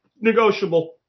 negotiable